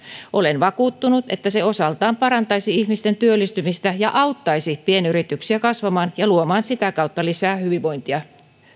olen vakuuttunut että se osaltaan parantaisi ihmisten työllistymistä ja auttaisi pienyrityksiä kasvamaan ja luomaan sitä kautta lisää hyvinvointia